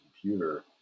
computer